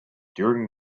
during